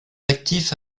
actifs